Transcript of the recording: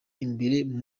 imbere